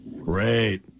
Great